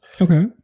Okay